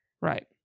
Right